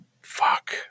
fuck